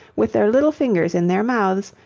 with their little fingers in their mouths,